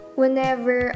whenever